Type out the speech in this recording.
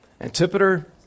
Antipater